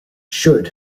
should